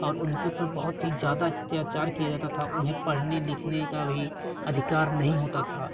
और उनके ऊपर बहुत ही ज्यादा अत्याचार किया जाता था उन्हें पढ़ने लिखने का भी अधिकार नहीं होता था